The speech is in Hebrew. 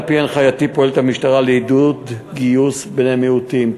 על-פי הנחייתי פועלת המשטרה לעידוד גיוס בני מיעוטים.